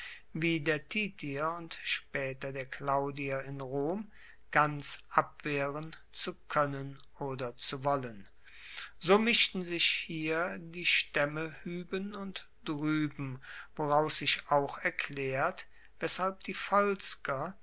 wie der titier und spaeter der claudier in rom ganz abwehren zu koennen oder zu wollen so mischten sich hier die staemme hueben und drueben woraus sich auch erklaert weshalb die